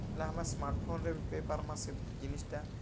ହେଟା ଆମେ ସ୍ମାର୍ଟଫୋନ୍ରେ ବି ପାଇ ପାର୍ମା ସେ ଜିନିଷ୍ଟା